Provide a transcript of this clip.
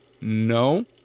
no